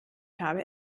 habe